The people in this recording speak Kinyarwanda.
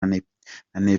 neptunez